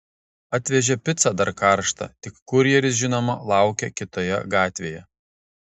atvežė picą dar karštą tik kurjeris žinoma laukė kitoje gatvėje